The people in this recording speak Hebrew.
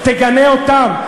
תגנה אותם.